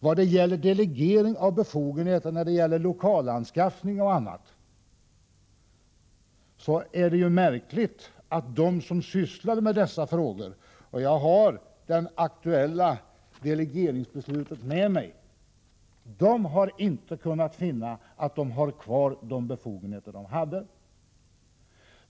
Beträffande delegering av befogenheter när det gäller lokalanskaffning och annat är det märkligt att de som sysslar med dessa frågor — jag har det aktuella delegeringsbeslutet med mig här — inte har kunnat finna att de har samma befogenheter som de haft tidigare.